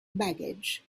baggage